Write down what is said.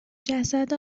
جسد